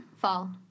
Fall